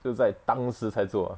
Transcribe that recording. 就在当时才做 ah